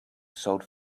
sold